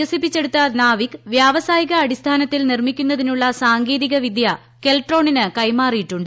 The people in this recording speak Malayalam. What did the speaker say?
വികസിപ്പിച്ചെടുത്ത് നാവിക് വ്യാവസായികാടിസ്ഥാനത്തിൽ നിർമ്മിക്കുന്നതിനുള്ള സാങ്കേതിക വിദ്യ കെൽട്രോണിന് കൈമാറിയിട്ടുണ്ട്